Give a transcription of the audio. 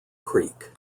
creek